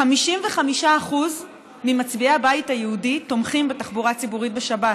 55% ממצביעי הבית היהודי תומכים בתחבורה ציבורית בשבת.